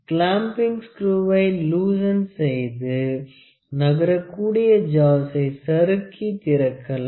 clamping ஸ்குருவை loosen செய்து நகரக்கூடிய ஜாவை சறுக்கி திறக்கலாம்